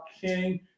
King